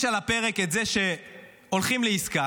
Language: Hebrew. יש על הפרק את זה שהולכים לעסקה,